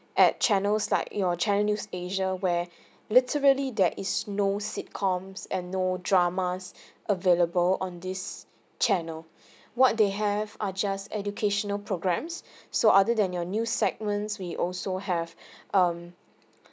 at channels like your channel news asia where literally there is no sitcoms and no dramas available on this channel what they have are just educational programs so other than your new segments we also have um